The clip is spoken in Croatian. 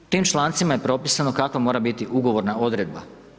Tim člancima je propisano kako mora biti ugovorna odredba.